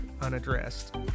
unaddressed